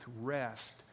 rest